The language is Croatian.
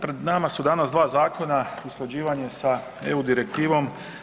Pred nama su danas 2 zakona, usklađivanje sa EU direktivom.